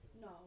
No